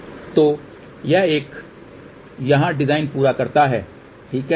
तो यह एक यहाँ डिजाइन पूरा करता है ठीक